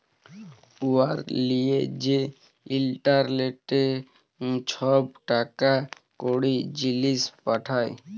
উয়ার লিয়ে যে ইলটারলেটে ছব টাকা কড়ি, জিলিস পাঠায়